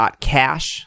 cash